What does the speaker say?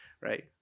right